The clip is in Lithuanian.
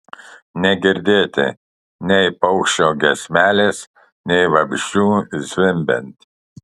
negirdėti nei paukščio giesmelės nei vabzdžių zvimbiant